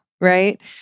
right